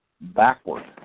backward